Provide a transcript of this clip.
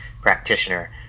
practitioner